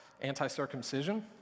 anti-circumcision